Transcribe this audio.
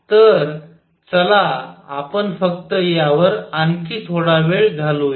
तर चला आपण फक्त यावर आणखी थोडा वेळ घालवूया